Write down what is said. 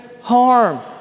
harm